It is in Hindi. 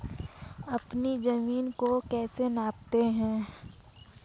अपनी जमीन को कैसे नापते हैं?